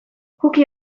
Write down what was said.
cookie